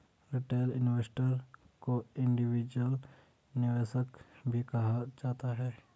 retail investor को individual निवेशक भी कहा जाता है